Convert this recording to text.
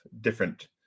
different